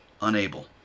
unable